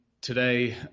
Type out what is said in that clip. today